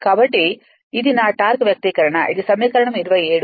కాబట్టి ఇది నా టార్క్ వ్యక్తీకరణ ఇది సమీకరణం 27